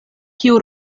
kiu